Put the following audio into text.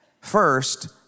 First